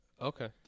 Okay